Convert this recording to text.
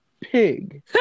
pig